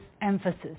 emphasis